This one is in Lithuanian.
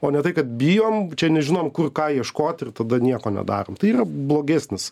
o ne tai kad bijom čia nežinom kur ką ieškot ir tada nieko nedarom tai yra blogesnis